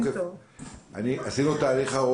ממש ערב